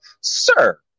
sir